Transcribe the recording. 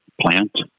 plant